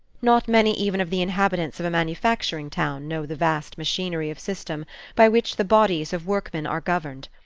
not many even of the inhabitants of a manufacturing town know the vast machinery of system by which the bodies of workmen are governed,